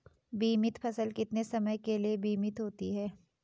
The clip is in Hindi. बीमित फसल कितने समय के लिए बीमित होती है?